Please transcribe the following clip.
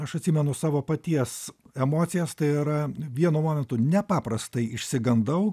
aš atsimenu savo paties emocijas tai yra vienu momentu nepaprastai išsigandau